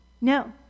No